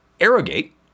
arrogate